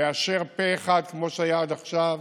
לאשר פה אחד, כמו שהיה עד עכשיו,